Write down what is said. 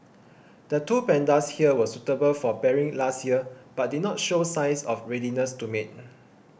the two pandas here were suitable for pairing last year but did not show signs of readiness to mate